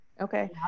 Okay